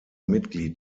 mitglied